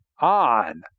on